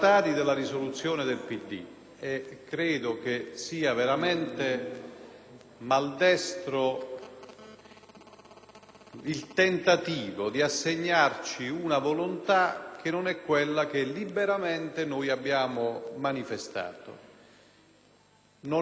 il tentativo di assegnarci una volontà che non è quella che liberamente abbiamo manifestato. Non c'è possibilità di errore circa la nostra volontà: la nostra volontà è che si attivi un processo di razionalizzazione del sistema,